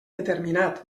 determinat